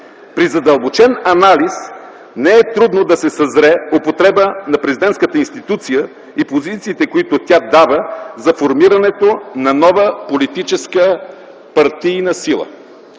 При задълбочен анализ не е трудно да се съзре употреба на президентската институция и позициите, които тя дава, за формирането на нова политическа партийна сила.